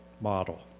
model